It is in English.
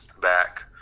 back